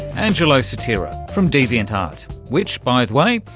angelo sotira from deviantart which, by the way,